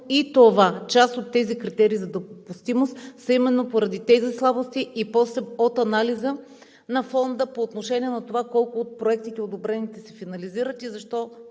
и това – част от тези критерии за допустимост са именно поради тези слабости и после от анализа на Фонда по отношение на това колко от одобрените проекти се финализират и защо